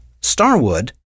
Starwood